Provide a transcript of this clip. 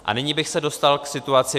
A nyní bych se dostal k situaci v ČR.